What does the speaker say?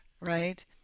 right